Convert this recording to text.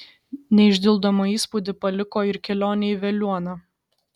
neišdildomą įspūdį paliko ir kelionė į veliuoną